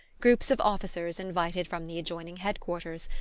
groups of officers invited from the adjoining head-quarters,